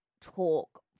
talk